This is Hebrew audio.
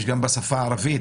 יש גם בשפה הערבית?